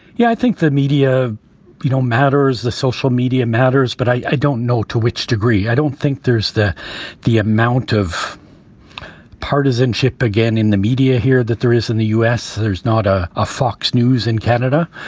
yeah, i think the media you know matters, the social media matters, but i don't know to which degree. i don't think there's the the amount of partisanship again in the media here that there is in the u s. there's not a a fox news in canada.